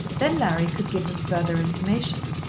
then larry could give them further information.